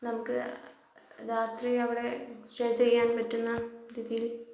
നമുക്ക് രാത്രി അവിടെ സ്റ്റേ ചെയ്യാൻ പറ്റുന്ന രീതീല്